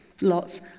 lots